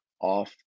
off